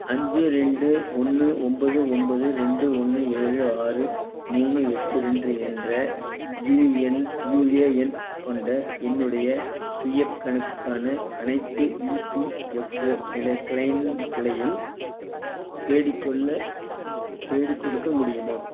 அஞ்சு ரெண்டு ஒன்று ஒன்பது ஒன்பது ரெண்டு ஒன்று ஏழு ஆறு மூணு எட்டு ரெண்டு என்ற யுஎன் யுஏஎன் கொண்ட என்னுடைய பிஎஃப் கணக்குக்கான அனைத்து இபிஎஃப்ஒ கிளெய்ம்களையும் தேடிக்கொள்ள தேடிக்கொடுக்க முடியுமா